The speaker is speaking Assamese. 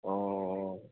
অ